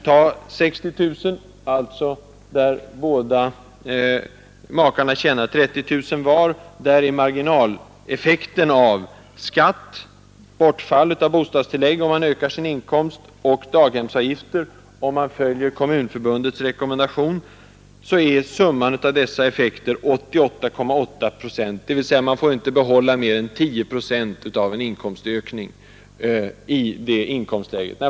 Om makarna förut tjänat 30 000 kronor var och sedan ökar sin inkomst, blir marginaleffekten av skatt, bortfall av bostadstillägg samt höjda daghemsavgifter — om dessa följer Kommunförbundets rekommendation — sammanlagt 88,8 procent, dvs. man får inte behålla mer än drygt 10 procent av en inkomstökning i det fallet.